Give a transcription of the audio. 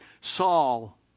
Saul